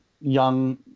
young